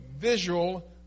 visual